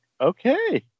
okay